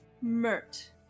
Mert